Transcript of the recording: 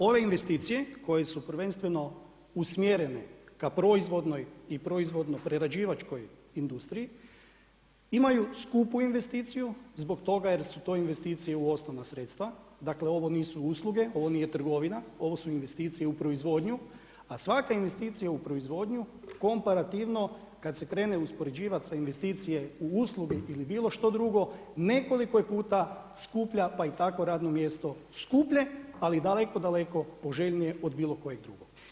Ove investicije koje su prvenstveno usmjerene k proizvodnoj i proizvodno prerađivačkoj industriji imaju skupu investiciju zbog toga jer su to investicije u osnovna sredstva, dakle ovo nisu usluge, ovo nije trgovina ovo su investicije u proizvodnju, a svaka investicija u proizvodnju kada se krene uspoređivat sa investicije u uslugi ili bilo što drugo nekoliko je puta skuplja pa je tako radno mjesto skuplje, ali daleko, daleko poželjnije od bilo kojeg drugog.